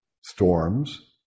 storms